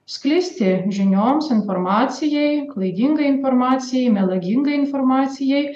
sklisti žinioms informacijai klaidingai informacijai melagingai informacijai